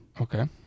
Okay